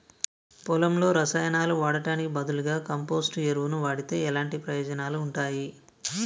పొలంలో రసాయనాలు వాడటానికి బదులుగా కంపోస్ట్ ఎరువును వాడితే ఎలాంటి ప్రయోజనాలు ఉంటాయి?